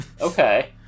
Okay